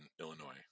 illinois